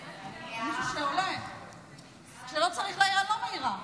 כשלא צריך להעיר אני לא מעירה.